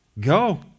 Go